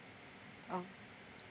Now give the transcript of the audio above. oh